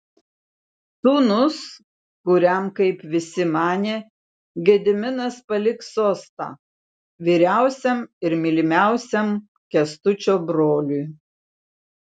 sūnus kuriam kaip visi manė gediminas paliks sostą vyriausiam ir mylimiausiam kęstučio broliui